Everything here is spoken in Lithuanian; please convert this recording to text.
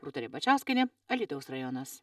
rūta ribačiauskienė alytaus rajonas